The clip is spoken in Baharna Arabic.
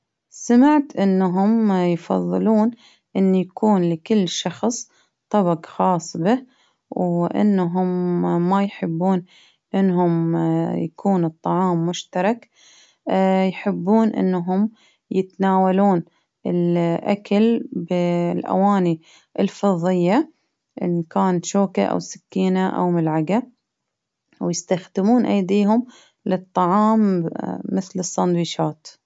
سمعت إنهم يفظلون إن يكون لكل شخص طبق خاص به، وإنهم ما يحبون إنهم يكون الطعام مشترك، يحبون إنهم يتناولون الأكل بالأواني الفضية إن كان شوكة أو سكينة أو ملعقة. ويستخدمون أيديهم للطعام مثل الساندويتشات.